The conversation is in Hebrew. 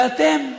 ואתם,